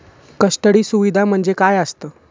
Custody सुविधा म्हणजे काय असतं?